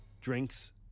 drinks